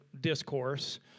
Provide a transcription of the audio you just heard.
discourse